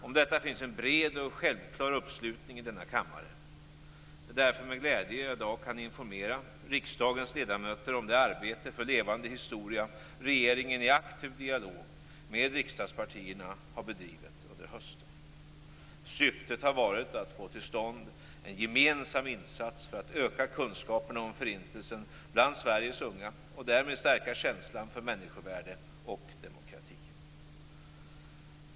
Om detta finns en bred och självklar uppslutning i denna kammare. Det är därför med glädje jag i dag kan informera riksdagens ledamöter om det arbete för levande historia regeringen i aktiv dialog med riksdagspartierna har bedrivit under hösten. Syftet har varit att få till stånd en gemensam insats för att öka kunskaperna om Förintelsen bland Sveriges unga och därmed stärka känslan för människovärde och demokrati.